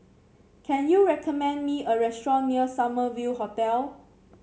can you recommend me a restaurant near Summer View Hotel